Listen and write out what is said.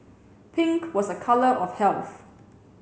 pink was a color of health